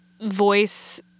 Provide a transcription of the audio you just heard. voice